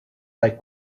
like